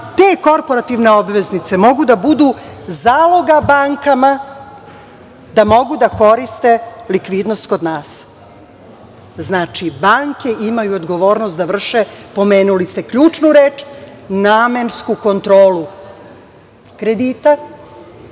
te korporativne obveznice mogu da budu zaloga bankama, da mogu da koriste likvidnost kod nas. Znači, banke imaju odgovornost da vrše, pomenuli ste ključnu reč, namensku kontrolu kredita,